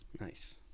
Nice